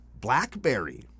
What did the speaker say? Blackberry